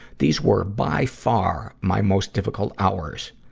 these were, by far, my most difficult hours.